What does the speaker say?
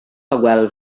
hywel